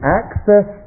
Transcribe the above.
access